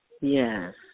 yes